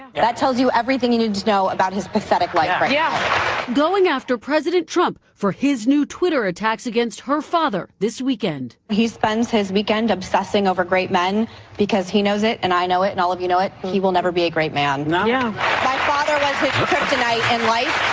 that tells you everything you need to know about his pathetic life. reporter yeah going after president trump for his new twitter attacks against her father this weekend. he spends his weekend obsessing over great men because he knows it and i know it and all of you know it, he will never be a great man. my yeah father was his kryptonite in life,